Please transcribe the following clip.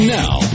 now